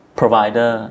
provider